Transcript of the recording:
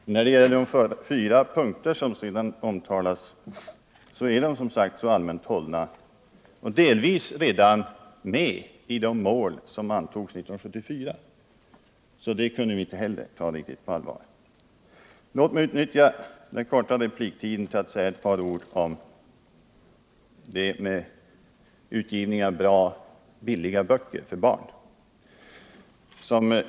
När det sedan gäller de fyra punkter som omtalas är de mycket allmänt hållna, och delvis redan med i de mål som antogs 1974, och därför kunde vi inte heller ta dem på allvar som nya riktlinjer. Låt mig utnyttja den korta repliktiden till att säga ett par ord om utgivning av bra och billiga böcker för barn.